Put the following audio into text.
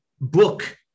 book